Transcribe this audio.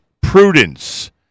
Prudence